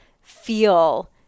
feel